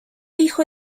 hijo